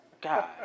God